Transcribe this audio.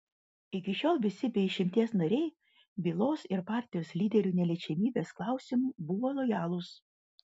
iki šiol visi be išimties nariai bylos ir partijos lyderių neliečiamybės klausimu buvo lojalūs